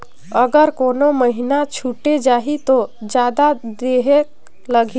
अगर कोनो महीना छुटे जाही तो जादा देहेक लगही?